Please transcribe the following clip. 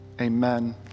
Amen